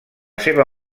seva